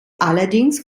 allerdings